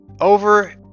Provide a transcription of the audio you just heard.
over